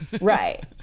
Right